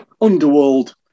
underworld